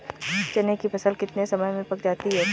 चने की फसल कितने समय में पक जाती है?